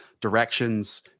direction's